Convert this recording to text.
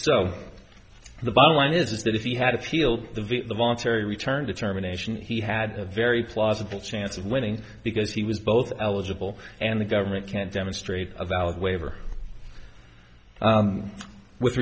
so the bottom line is that if he had appealed the voluntary return determination he had a very plausible chance of winning because he was both eligible and the government can't demonstrate a valid waiver with